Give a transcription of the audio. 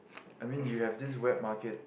I mean you have this wet market